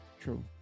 True